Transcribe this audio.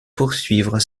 poursuivre